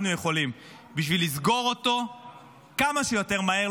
יכולים בשביל לסגור אותו כמה שיותר מהר.